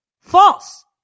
False